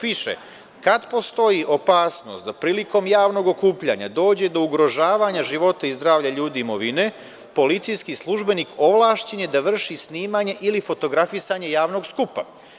Piše: „Kad postoji opasnost da prilikom javnog okupljanja dođe do ugrožavanja života i zdravlja ljudi i imovine, policijski službenik ovlašćen je da vrši snimanje ili fotografisanje javnog skupa“